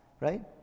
right